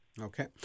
Okay